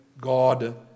God